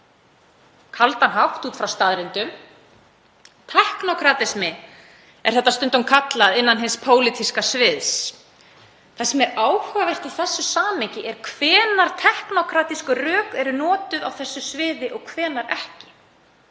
kaldan hátt út frá staðreyndum, teknókratismi er þetta stundum kallað innan hins pólitíska sviðs. Það sem er áhugavert í þessu samhengi er hvenær teknókratísk rök eru notuð á þessu sviði og hvenær ekki.